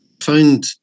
find